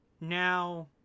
Now